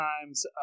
times